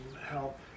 help